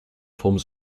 forms